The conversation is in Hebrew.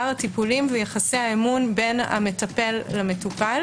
הטיפולים ויחסי האמון בין המטפל למטופל.